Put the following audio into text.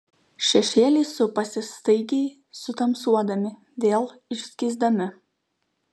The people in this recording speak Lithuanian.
šešėliai supasi staigiai sutamsuodami vėl išskysdami